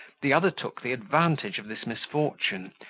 the other took the advantage of this misfortune,